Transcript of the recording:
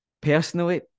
personally